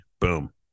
Boom